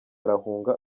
arahunga